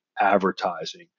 advertising